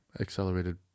accelerated